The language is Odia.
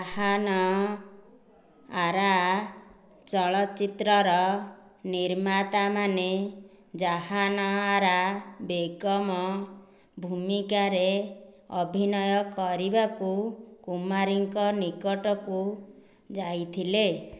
ଜାହାନ୍ ଆରା ଚଳଚ୍ଚିତ୍ରର ନିର୍ମାତା ମାନେ ଜାହାନ୍ ଆରା ବେଗମ୍ ଭୂମିକାରେ ଅଭିନୟ କରିବାକୁ କୁମାରୀଙ୍କ ନିକଟକୁ ଯାଇଥିଲେ